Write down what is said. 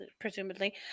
presumably